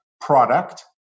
product